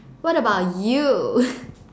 what about you